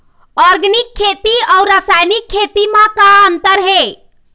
Organic खेती अउ रासायनिक खेती म का अंतर हे?